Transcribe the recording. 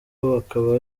bakaba